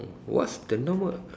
what's the normal